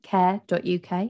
care.uk